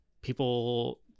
people